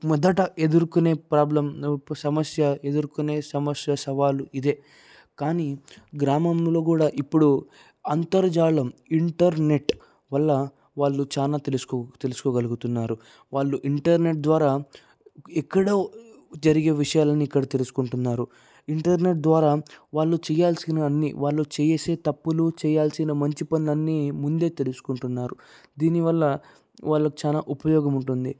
మొదట ఎదుర్కొనే ప్రాబ్లం సమస్య ఎదుర్కొనే సమస్య సవాలు ఇదే కానీ గ్రామంలో కూడా ఇప్పుడు అంతర్జాలం ఇంటర్నెట్ వల్ల వాళ్లు చాలా తెలుసుకో తెలుసుకోగలుగుతున్నారు వాళ్లు ఇంటర్నెట్ ద్వారా ఎక్కడో జరిగే విషయాలను ఇక్కడ తెలుసుకుంటున్నారు ఇంటర్నెట్ ద్వారా వాళ్ళు చేయాల్సినన్నీ వాళ్ళు చేసే తప్పులు చేయాల్సిన మంచి పనులన్నీ ముందే తెలుసుకుంటున్నారు దీనివల్ల వాళ్లకు చాలా ఉపయోగముంటుంది